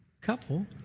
Couple